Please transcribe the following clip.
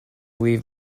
leave